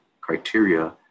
criteria